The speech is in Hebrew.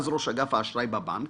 אז ראש אגף האשראי בבנק,